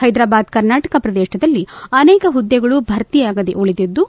ಹೈದ್ರೂಬಾದ್ ಕರ್ನಾಟಕ ಪ್ರದೇಶದಲ್ಲಿ ಅನೇಕ ಹುದ್ದೆಗಳು ಭರ್ತಿಯಾಗದೆ ಉಳಿದಿದ್ದು